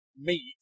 meat